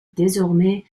désormais